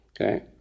Okay